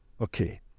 okay